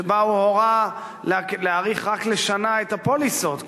שבה הוא הורה להאריך רק לשנה את הפוליסות,